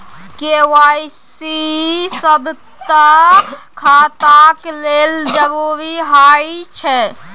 KYC सभटा खाताक लेल जरुरी होइत छै